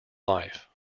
life